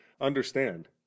Understand